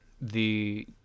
the-